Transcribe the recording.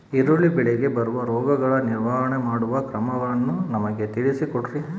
ಈರುಳ್ಳಿ ಬೆಳೆಗೆ ಬರುವ ರೋಗಗಳ ನಿರ್ವಹಣೆ ಮಾಡುವ ಕ್ರಮಗಳನ್ನು ನಮಗೆ ತಿಳಿಸಿ ಕೊಡ್ರಿ?